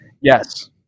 Yes